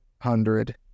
hundred